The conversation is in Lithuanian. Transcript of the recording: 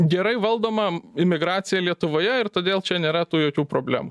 gerai valdoma imigracija lietuvoje ir todėl čia nėra tų jokių problemų